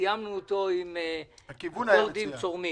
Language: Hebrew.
סיימנו את הדיון בעניין הזה עם אקורדים צורמים.